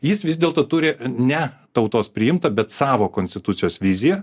jis vis dėlto turi ne tautos priimtą bet savo konstitucijos viziją